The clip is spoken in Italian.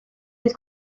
del